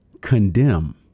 condemn